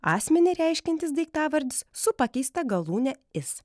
asmenį reiškiantis daiktavardis su pakeista galūne is